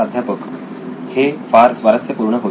प्राध्यापक हे फार स्वारस्यपूर्ण होईल